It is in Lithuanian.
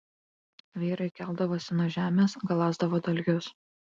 vyrai keldavosi nuo žemės galąsdavo dalgius